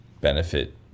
benefit